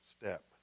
step